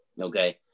Okay